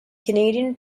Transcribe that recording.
canadian